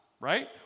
Right